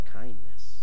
kindness